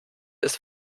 ist